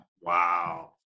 Wow